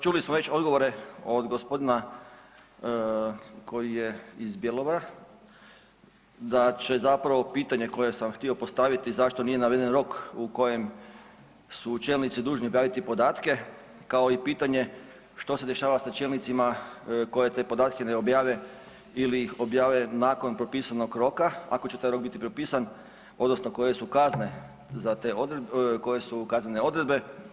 Čuli smo već odgovore od gospodina koji je iz Bjelovara da će zapravo pitanje koje sam htio postaviti zašto nije naveden rok u kojem su čelnici dužni objaviti podatke kao i pitanje što se dešava sa čelnicima koji te podatke ne objave ili ih objave nakon propisanog roka ako će taj rok biti pripisan odnosno koje su kaznene odredbe.